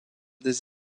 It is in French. des